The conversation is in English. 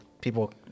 people